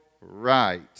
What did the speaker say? right